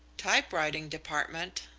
typewriting department?